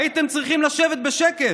הייתם צריכים לשבת בשקט.